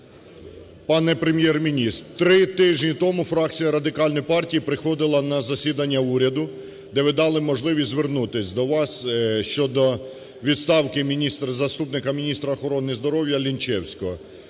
Пане Прем'єр-міністр, три тижні тому фракція Радикальної партії приходила на засідання уряду, де ви дали можливість звернутися до вас щодо відставки міністра... заступника міністра охорони здоров'я Лінчевського,